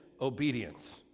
obedience